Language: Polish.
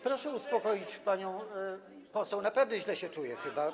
Proszę uspokoić panią poseł, naprawdę źle się czuje chyba.